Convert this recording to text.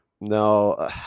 no